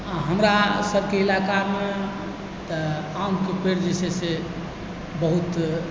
हँ हमरा सभके इलाकामे तऽ आमके पेड़ जे छै से बहुत